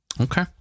Okay